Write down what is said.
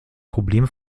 problem